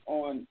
on